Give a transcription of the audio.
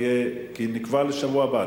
כי כבר נקבע לשבוע הבא.